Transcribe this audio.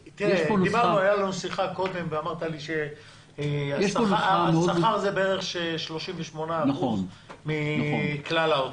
הייתה לנו שיחה קודם ואמרת לי שהשכר הוא בערך 38% מכלל ההוצאות.